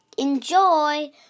Enjoy